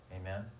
amen